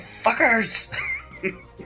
Fuckers